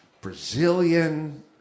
Brazilian